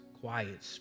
quiet